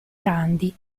grandi